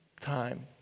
time